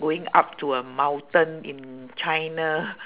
going up to a mountain in china